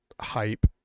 hype